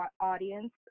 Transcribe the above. audience